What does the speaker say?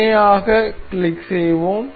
இணையாகக் click செய்வோம்